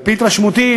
על-פי התרשמותי,